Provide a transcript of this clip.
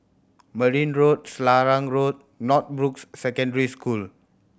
Marne Road Selarang Road Northbrooks Secondary School